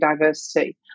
diversity